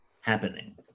happening